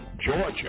Georgia